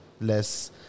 less